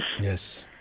Yes